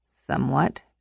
Somewhat